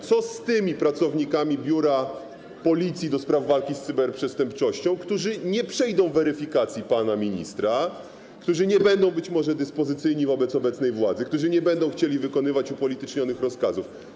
Co z tymi pracownikami biura Policji do spraw walki z cyberprzestępczością, którzy nie przejdą weryfikacji pana ministra, którzy nie będą, być może, dyspozycyjni wobec obecnej władzy, którzy nie będą chcieli wykonywać upolitycznionych rozkazów?